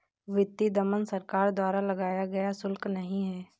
वित्तीय दमन सरकार द्वारा लगाया गया शुल्क नहीं है